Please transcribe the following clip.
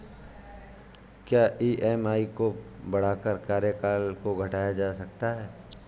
क्या ई.एम.आई को बढ़ाकर कार्यकाल को घटाया जा सकता है?